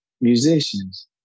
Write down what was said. musicians